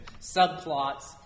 subplots